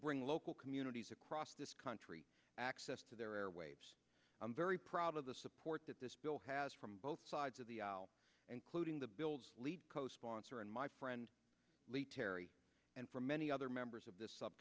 bring local communities across this country access to their airwaves i'm very proud of the support that this bill has from both sides of the aisle including the bill's lead co sponsor and my friend terry and for many other members of this sub